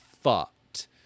fucked